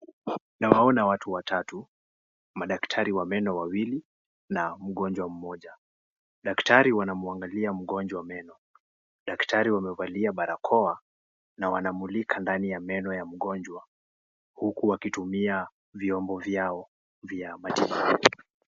Nawaona watu watatu, madaktari wa meno wawili na mgonjwa mmoja. Daktari wanamwangalia mgonjwa meno, daktari wamevalia barakoa na wanamulika ndani ya meno ya mgonjwa huku wakitumia vyombo vyao vya matibabu.